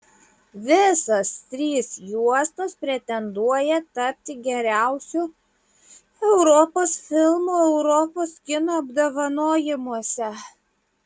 visos trys juostos pretenduoja tapti geriausiu europos filmu europos kino apdovanojimuose